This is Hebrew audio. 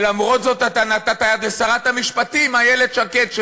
ולמרות זאת נתת יד לשרת המשפטים איילת שקד,